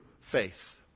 faith